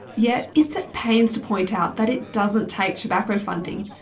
yet it's at pains to point out that it doesn't take tobacco funding.